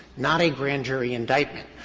not a grand jury indictment.